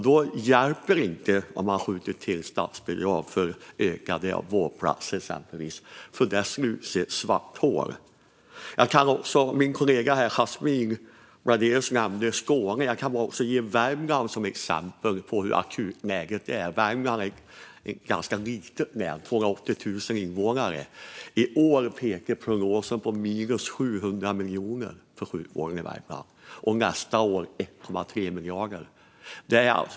Då hjälper det inte om man skjuter till statsbidrag för att till exempel öka vårdplatserna, för de slukas av ett svart hål. Min kollega Yasmine Bladelius nämnde ju Skåne. Jag kan också ta Värmland som exempel på hur akut läget är. Värmland är ett ganska litet län med 280 000 invånare. I år pekar prognosen på minus 700 miljoner för sjukvården i Värmland, och nästa år blir underskottet 1,3 miljarder.